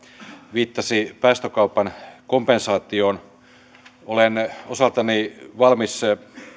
viittasi päästökaupan kompensaatioon olen osaltani valmis